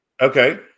Okay